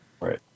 Right